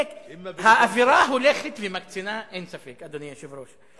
האווירה הולכת ומקצינה, אין ספק, אדוני היושב-ראש.